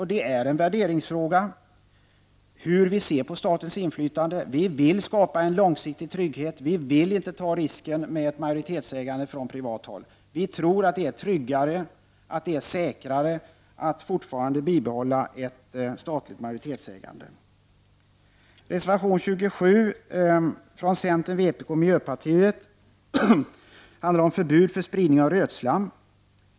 Det är en värderingsfråga hur vi ser på statens inflytande. Vi vill skapa en långsiktig trygghet, vi vill inte ta risken med ett majoritetsägande från privat håll. Vi tror att det är tryggare och säkrare att fortfarande bibehålla ett statligt majoritetsägande. Reservation 27 från centern, vpk och miljöpartiet handlar om förbud för spridning av rötslam.